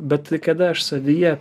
bet kada aš savyje